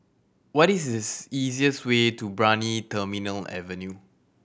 what is this easiest way to Brani Terminal Avenue